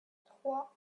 trois